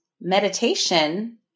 meditation